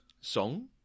song